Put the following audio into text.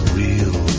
real